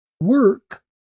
work